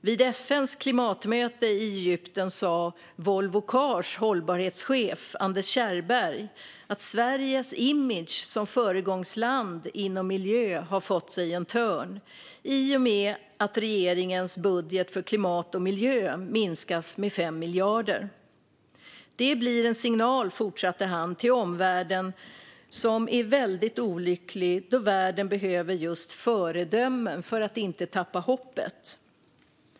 Vid FN:s klimatmöte i Egypten sa Volvo Cars hållbarhetschef Anders Kärrberg att Sveriges image som föregångsland inom miljö har fått sig en törn i och med att regeringens budget för klimat och miljö minskas med 5 miljarder. Han beskrev det som en väldigt olycklig signal till omvärlden när världen behöver föredömen för att inte tappa hoppet.